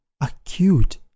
acute